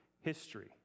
history